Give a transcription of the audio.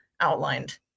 outlined